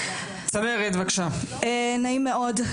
--- נעים מאוד.